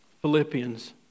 Philippians